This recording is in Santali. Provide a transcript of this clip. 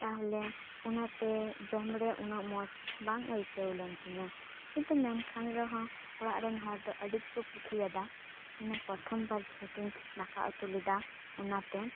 ᱛᱟᱦᱚᱞᱮ ᱚᱱᱟ ᱛᱮ ᱡᱚᱢ ᱨᱮ ᱩᱱᱟᱹᱜ ᱢᱚᱡᱽ ᱵᱟᱝ ᱟᱹᱭᱠᱟᱹᱣ ᱞᱮᱱ ᱛᱤᱧᱟᱹ ᱠᱤᱱᱛᱩ ᱢᱮᱱᱠᱷᱟᱱ ᱨᱮᱦᱚᱸ ᱚᱲᱟᱜ ᱨᱮᱱ ᱦᱚᱲ ᱫᱚ ᱟᱹᱰᱤ ᱜᱮᱠᱚ ᱠᱩᱥᱤ ᱭᱟᱫᱟ ᱤᱧ ᱫᱚ ᱯᱨᱚᱛᱷᱚᱢ ᱵᱟᱨ ᱡᱮᱦᱮᱛᱩᱧ ᱫᱟᱠᱟ ᱩᱛᱩ ᱞᱮᱫᱟ ᱚᱱᱟᱛᱮ